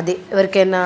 అది ఎవరికైనా